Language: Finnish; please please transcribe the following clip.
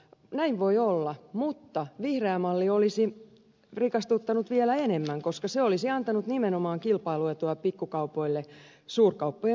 näin voi olla mutta vihreä malli olisi rikastuttanut vielä enemmän koska se olisi antanut nimenomaan kilpailuetua pikkukaupoille suurkauppojen ollessa sunnuntaisin kiinni